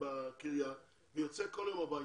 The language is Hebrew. בקריה ויוצא כל יום הביתה,